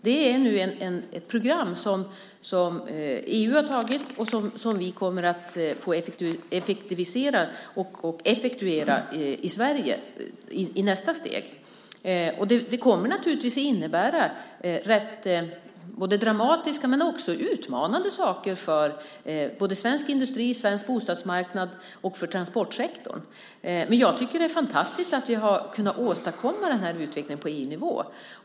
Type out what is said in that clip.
Det är ett program som EU har antagit och som vi kommer att få effektuera i Sverige i nästa steg. Det kommer naturligtvis att innebära rätt dramatiska men också utmanande saker för svensk industri, för svensk bostadsmarknad och för transportsektorn. Men jag tycker att det är fantastiskt att vi har kunnat åstadkomma den här utvecklingen på EU-nivå.